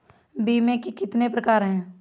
बीमे के कितने प्रकार हैं?